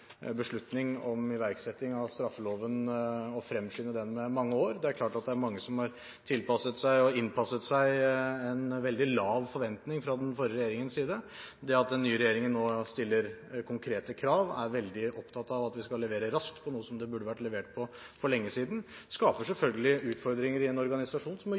veldig lav forventning til den forrige regjeringen. Det at den nye regjeringen nå stiller konkrete krav og er veldig opptatt av at vi skal levere raskt på noe som skulle vært levert på for lenge siden, skaper selvfølgelig utfordringer i en organisasjon som må